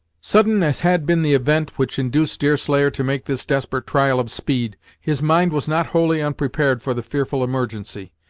sudden as had been the event which induced deerslayer to make this desperate trial of speed, his mind was not wholly unprepared for the fearful emergency.